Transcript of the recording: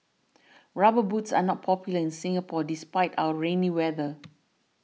rubber boots are not popular in Singapore despite our rainy weather